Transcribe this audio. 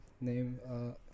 name